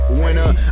winner